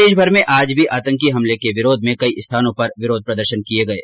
प्रदेशभर में आज भी आतंकी हमले के विरोध में कई स्थानों पर विरोध प्रदर्शन किये गये